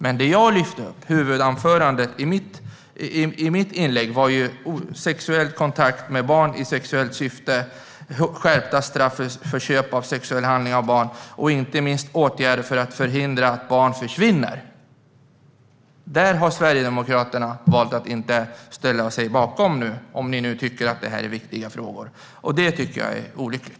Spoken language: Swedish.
Men det jag lyfte upp i mitt huvudanförande var skärpta straff för kontakt med barn i sexuellt syfte, skärpta straff för köp av sexuell handling av barn och inte minst åtgärder för att förhindra att barn försvinner. Dessa punkter har Sverigedemokraterna valt att inte ställa sig bakom, om ni nu tycker att de är viktiga frågor. Det är olyckligt.